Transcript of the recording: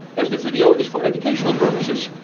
as the video is for educational purposes,